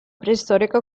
preistorica